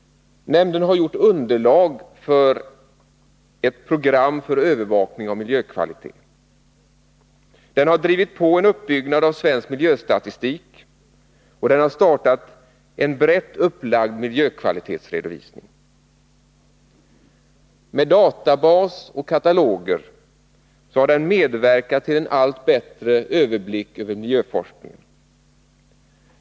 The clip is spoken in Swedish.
Nämnden har utarbetat underlag för ett program för övervakning av miljökvalitet. Den har drivit på en uppbyggnad av svensk miljöstatistik, och den har startat en brett upplagd miljökvalitetsredovisning. Med databas och kataloger har den medverkat till en allt bättre överblick över miljöforskningen.